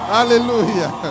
Hallelujah